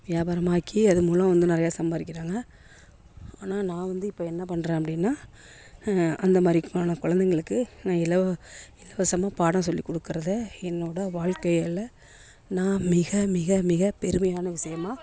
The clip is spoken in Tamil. வியாபாரமாக்கி அதன் மூலம் நிறைய சம்பாதிக்கிறாங்க ஆனால் நான் வந்து இப்போ என்ன பண்ணுறேன் அப்படினா அந்தமாதிரி குழந்தைங்களுக்கு நான் இல இலவசமாக பாடம் சொல்லி கொடுக்குறத என்னோட வாழ்க்கையில் நான் மிக மிக மிக பெருமையான விஷயமாக